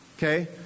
Okay